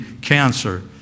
cancer